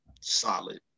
solid